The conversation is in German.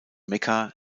mekka